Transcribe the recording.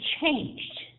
changed